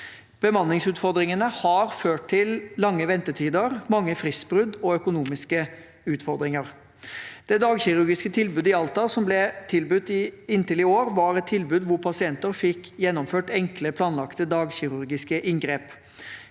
Bemanningsutfordringene har ført til lange ventetider, mange fristbrudd og økonomiske utfordringer. Det dagkirurgiske tilbudet i Alta, som ble tilbudt inntil i år, var et tilbud hvor pasienter fikk gjennomført enkle, planlagte dagkirurgiske inngrep.